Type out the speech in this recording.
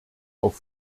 auf